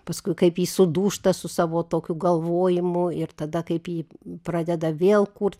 paskui kaip ji sudūžta su savo tokiu galvojimu ir tada kaip ji pradeda vėl kurt